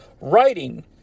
Writing